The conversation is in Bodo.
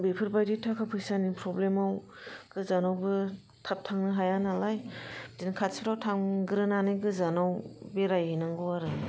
बेफोरबादि थाखा फैसानि प्रब्लेमाव गोजानावबो थाब थांनो हाया नालाय बिदिनो खाथिफ्राव थांग्रोनानै गोजानाव बेरायहैनांगौ आरो